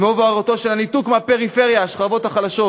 אמו והורתו של הניתוק מהפריפריה, מהשכבות החלשות,